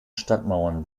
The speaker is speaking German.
stadtmauern